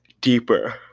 deeper